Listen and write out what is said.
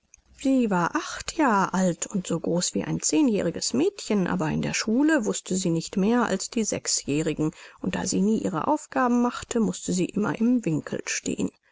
sie war acht jahre alt und so groß wie ein zehnjähriges mädchen aber in der schule wußte sie nicht mehr als die sechsjährigen und da sie nie ihre aufgaben machte mußte sie immer im winkel stehen